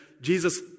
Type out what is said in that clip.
Jesus